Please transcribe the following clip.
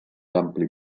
ampli